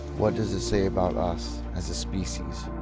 what does it say about us, as a species?